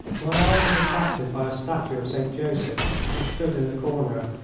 my eye was attracted by a statue of st. joseph which stood in the corner.